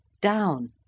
down